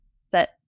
set